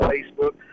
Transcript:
Facebook